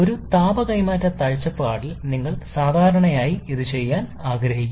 ഒരു താപ കൈമാറ്റ കാഴ്ചപ്പാടിൽ നിന്ന് ഞങ്ങൾ സാധാരണയായി ഇത് ചെയ്യാൻ ആഗ്രഹിക്കുന്നു